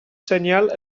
senyal